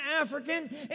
African